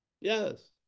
Yes